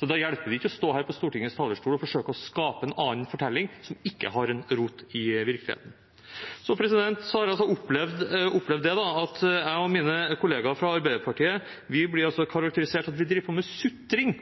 Så da hjelper det ikke å stå her på Stortingets talerstol og forsøke å skape en annen fortelling, som ikke har rot i virkeligheten. Så har jeg altså opplevd at jeg og mine kollegaer fra Arbeiderpartiet blir karakterisert som at vi driver på med sutring